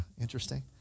interesting